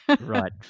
Right